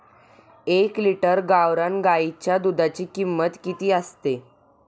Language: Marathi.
एक लिटर गावरान गाईच्या दुधाची किंमत किती असते?